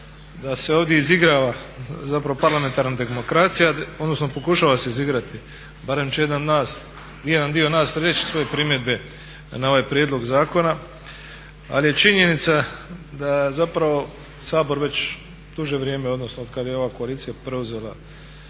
da se ovdje izigrava zapravo parlamentarna demokracija, odnosno pokušava se izigrati, barem će jedan dio nas reći svoje primjedbe na ovaj prijedlog zakona, ali je činjenica da zapravo Sabor već duže vrijeme, odnosno od kad je ova koalicija preuzela